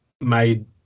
made